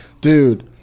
dude